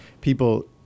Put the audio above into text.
people